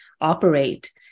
operate